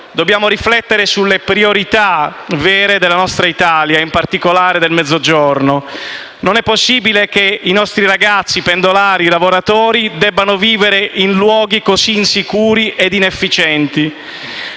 Dobbiamo riflettere sulle priorità vere della nostra Italia, in particolare del Mezzogiorno: non è possibile che i nostri ragazzi, pendolari, lavoratori debbano vivere in luoghi così insicuri e inefficienti.